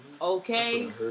okay